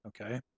okay